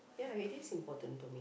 yeah it is important to me